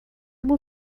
ему